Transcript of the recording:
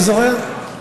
מי זורה?